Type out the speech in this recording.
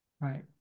right